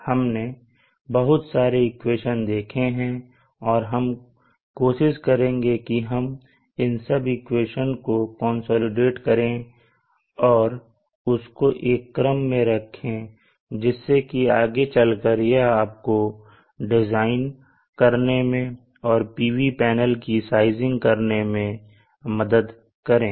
हमने बहुत सारे इक्वेशंस देखें है और हम कोशिश करेंगे की हम इन सब इक्वेशन को कंसोलिडेट करें और उसको एक क्रम में रखें जिससे कि आगे चलकर यह आपको डिज़ाइन करने में और PV पैनल की साइजिंग करने में मदद करें